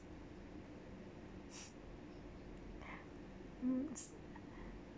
mm